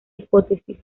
hipótesis